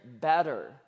better